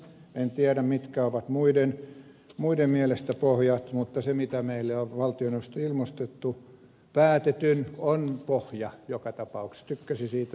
en tiedä mitkä ovat muiden mielestä pohjat mutta se mitä meille on valtioneuvostosta ilmoitettu päätetyn on pohja joka tapauksessa tykkäsi siitä tai ei